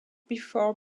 before